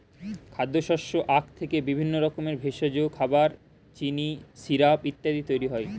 খাদ্যশস্য আখ থেকে বিভিন্ন রকমের ভেষজ, খাবার, চিনি, সিরাপ ইত্যাদি তৈরি হয়